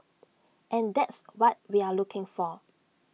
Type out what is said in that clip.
and that's what we're looking for